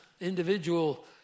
individual